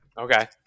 Okay